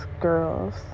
girls